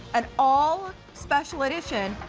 an all special edition,